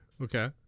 Okay